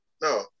No